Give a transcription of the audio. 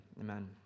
amen